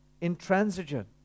intransigent